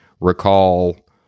recall